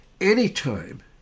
Anytime